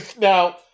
Now